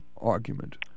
argument